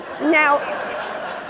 now